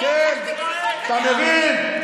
תתבייש.